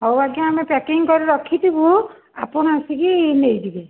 ହଉ ଆଜ୍ଞା ଆମେ ପ୍ୟାକିଙ୍ଗ କରିକି ରଖିଥିବୁ ଆପଣ ଆସିକି ନେଇଯିବେ